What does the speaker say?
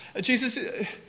Jesus